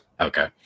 Okay